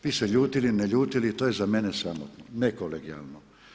Vi se ljutili, ne ljutili, to je za mene sramotno, nekolegijalno.